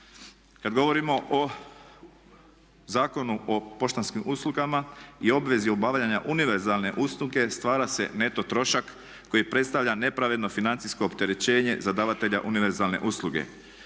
Kad govorimo o Zakonu o poštanskim uslugama i obvezi obavljanja univerzalne usluge stvara se neto trošak koji predstavlja nepravedno financijsko opterećenje za davatelja univerzalne usluge.